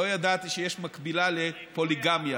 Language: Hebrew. לא ידעתי שיש מקבילה לפוליגמיה.